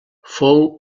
fou